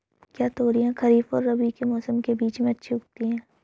क्या तोरियां खरीफ और रबी के मौसम के बीच में अच्छी उगती हैं?